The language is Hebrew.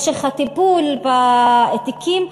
משך הטיפול בתיקים,